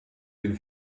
den